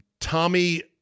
Tommy –